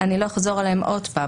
אני לא אחזור עליהן שוב,